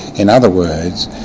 in other words,